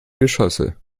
geschosse